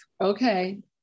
Okay